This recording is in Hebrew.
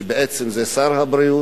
שבעצם זה שר הבריאות.